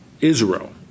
Israel